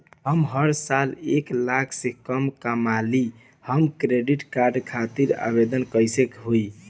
हम हर साल एक लाख से कम कमाली हम क्रेडिट कार्ड खातिर आवेदन कैसे होइ?